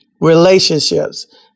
relationships